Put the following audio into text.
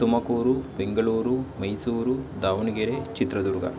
Tumakuru Bengaluru Mysuru Davanagere Chitradurga